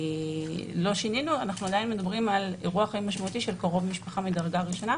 אנחנו עדיין מדברים על אירוע חיים משמעותי של קרוב משפחה מדרגה ראשונה,